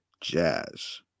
jazz